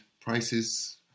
prices